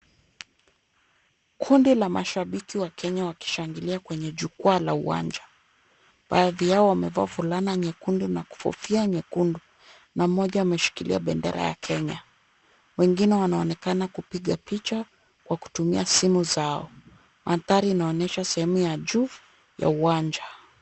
Kundi la mashabiki wa Kenya wakishangilia kwenye jukwaa la uwanja. Baadhi yao wamevaa fulana nyekundu na kofia nyekundu, na mmoja ameshikilia bendera ya Kenya. Wengine wanaonekana kupiga picha kwa kutumia simu zao. Mandhari inaonyesha sehemu ya juu ya uwanja.